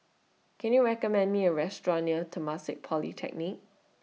Can YOU recommend Me A Restaurant near Temasek Polytechnic